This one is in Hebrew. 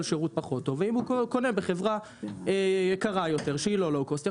שירות פחות טוב ואם הוא קונה בחברה יקרה יותר שהיא לא לאו קוסט,